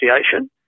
association